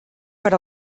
per